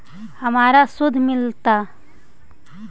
हमरा शुद्ध मिलता?